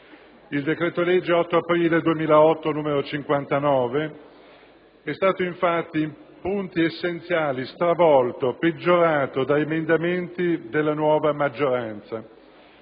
Il decreto-legge 8 aprile 2008, n. 59, è stato infatti in punti essenziali stravolto, peggiorato da emendamenti della nuova maggioranza.